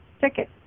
ticket